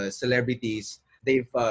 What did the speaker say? celebrities—they've